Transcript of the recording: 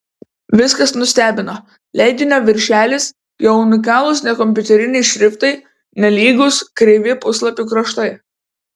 viskas nustebino leidinio viršelis jo unikalūs nekompiuteriniai šriftai nelygūs kreivi puslapių kraštai